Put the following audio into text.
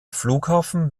flughafen